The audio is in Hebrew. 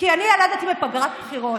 אני ילדתי בפגרת בחירות,